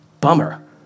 Bummer